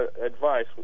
advice